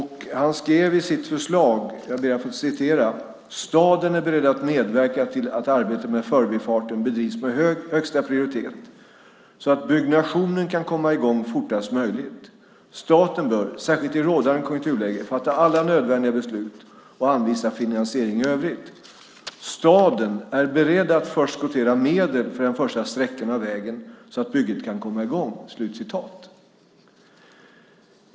Han skrev i sitt förslag: "Staden är beredd att medverka till att arbetet med Förbifarten bedrivs med högsta prioritet, så att byggnationen kan komma igång fortast möjligt. Staten bör, särskilt i rådande konjunkturläge, fatta alla nödvändiga beslut och anvisa finansiering i övrigt. Staden är beredd att förskottera medel för den första sträckan av vägen, så att bygget kan komma igång."